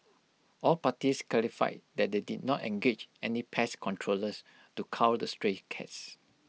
all parties clarified that they did not engage any pest controllers to cull the stray cats